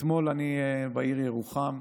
אתמול, בעיר ירוחם,